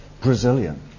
Brazilian